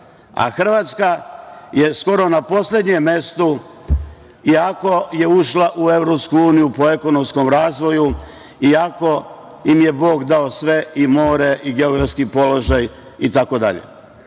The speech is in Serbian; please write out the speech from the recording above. Hrvatska je skoro na poslednjem mestu i ako je ušla u EU po ekonomskom razvoju i ako im je Bog dao sve, i more, i geografski položaj itd,